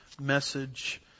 message